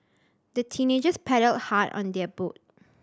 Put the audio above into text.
the teenagers paddled hard on their boat